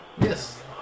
Yes